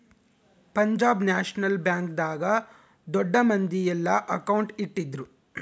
Punjab national bank ದಾಗ ದೊಡ್ಡ ಮಂದಿ ಯೆಲ್ಲ ಅಕೌಂಟ್ ಇಟ್ಟಿದ್ರು